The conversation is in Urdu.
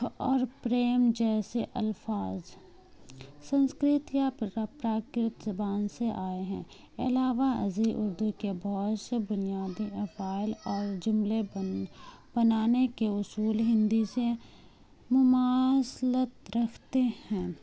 اور پریم جیسے الفاظ سنسکرت یا پراکرت زبان سے آئے ہیں علاوہ ازیں اردو کے بہت سے بنیادی وفائل اور جملے بنانے کے اصول ہندی سے مماثلت رکھتے ہیں